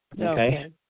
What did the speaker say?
Okay